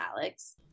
Alex